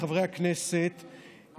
חברי הכנסת,